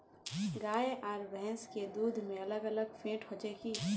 गाय आर भैंस के दूध में अलग अलग फेट होचे की?